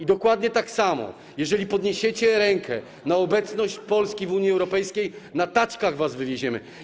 I dokładnie tak samo: jeżeli podniesiecie rękę na obecność Polski w Unii Europejskiej, na taczkach was wywieziemy.